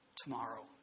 Tomorrow